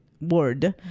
word